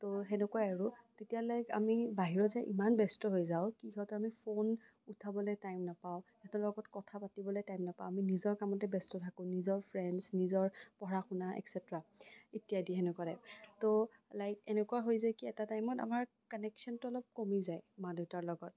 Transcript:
ত' সেনেকুৱাই আৰু তেতিয়া লাইক আমি বাহিৰত যাই ইমান ব্যস্ত হৈ যাওঁ আমি ফোন উঠাবলে টাইম নাপাওঁ সিহঁতৰ লগত কথা পাতিবলে টাইম নাপাওঁ আমি নিজৰ কামতে ব্যস্ত থাকোঁ নিজৰ ফ্ৰেণ্ডচ নিজৰ পঢ়া শুনা এটচেট্ৰা ইত্যাদি হেনেকুৱা টাইপ ত' লাইক এনেকুৱা হৈ যায় কি এটা টাইমত আমাৰ কানেকশ্যনটো অলপ কমি যায় মা দেউতাৰ লগত